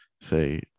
say